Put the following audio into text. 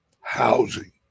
Housing